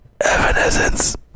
Evanescence